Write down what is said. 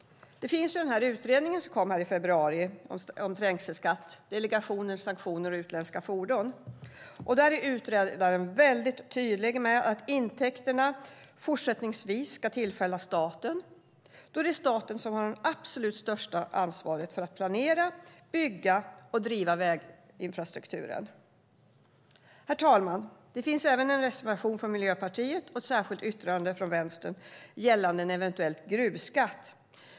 Det finns en utredning som kom i februari. Trängselskatt - delegation, sanktioner och utländska fordon . Där är utredaren väldigt tydlig med att intäkterna fortsättningsvis ska tillfalla staten, då det är staten som har det absolut största ansvaret för att planera, bygga och driva väginfrastrukturen. Herr talman! Det finns även en reservation från Miljöpartiet och ett särskilt yttrande från Vänstern gällande en eventuell gruvskatt.